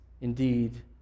Indeed